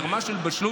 לרמה של בשלות,